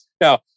Now